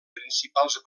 principals